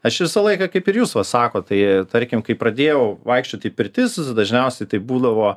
aš visą laiką kaip ir jūs va sakot tai tarkim kai pradėjau vaikščiot į pirtis dažniausiai tai būdavo